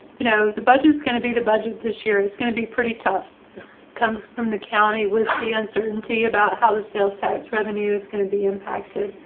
you know, the budget is going to be the budget this year, it's going to be pretty tough come from the county with the uncertainty about how the sales tax revenue is going to be impacted.